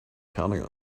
counting